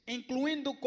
Incluindo